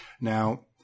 Now